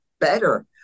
better